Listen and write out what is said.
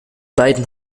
beiden